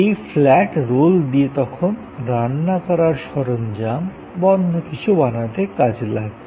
এই flat roll দিয়ে তখন রান্না করার সরঞ্জাম বা অন্য কিছু বানাতে কাজে লাগবে